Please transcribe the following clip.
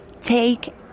take